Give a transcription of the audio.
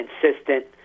consistent